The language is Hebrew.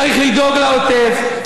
צריך לדאוג לעוטף,